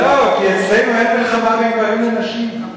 לא, כי אצלנו אין מלחמה בין גברים לנשים.